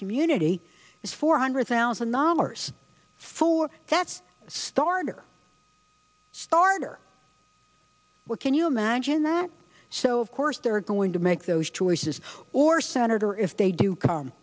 community is four hundred thousand dollars for that's a starter starter where can you imagine that so of course they're going to make those choices or senator if they do come